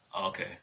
okay